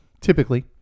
Typically